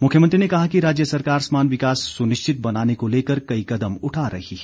मुख्यमंत्री ने कहा कि राज्य सरकार समान विकास सुनिश्चित बनाने को लेकर कई कदम उठा रही है